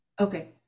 Okay